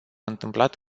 întâmplat